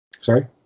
sorry